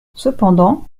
cependant